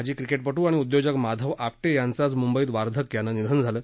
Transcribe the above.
माजी क्रिकेटपट्र आणि उद्योजक माधव आपटे यांचं आज मुंबईत वार्धक्यानं निधन झालं